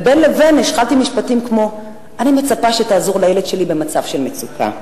ובין לבין השחלתי משפטים כמו: אני מצפה שתעזור לילד שלי במצב של מצוקה.